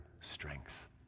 strength